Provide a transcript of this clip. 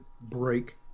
break